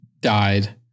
died